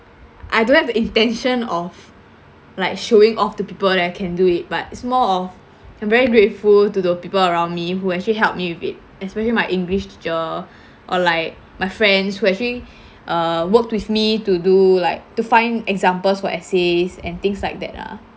I don't have the intention of like showing off to people that I can do it but it's more of I'm very grateful to the people around me who actually help me with it especially my english teacher or like my friends who actually uh worked with me to do like to find examples for essays and things like that ah